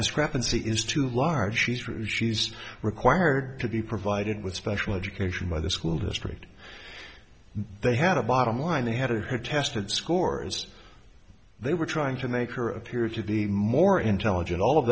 discrepancy is too large she's required to be provided with special education by the school district they had a bottom line they had her tested scores they were trying to make her appear to be more intelligent all of